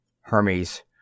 Hermes